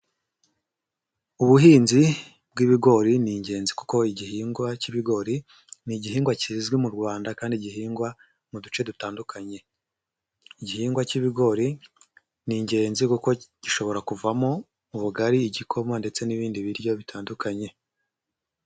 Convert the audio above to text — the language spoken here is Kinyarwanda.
Ubuhinzi bw'ibigori ni ingenzi kuko igihingwa cy'ibigori ni igihingwa kizwi mu Rwanda kandi gihingwa mu duce dutandukanye, igihingwa cy'ibigori ni ingenzi kuko gishobora kuvamo ubugari, igikoma ndetse n'ibindi biryo bitandukanye.